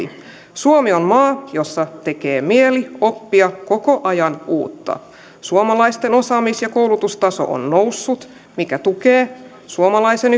suomi on maa jossa tekee mieli oppia koko ajan uutta suomalaisten osaamis ja koulutustaso on noussut mikä tukee suomalaisen